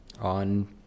on